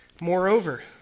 Moreover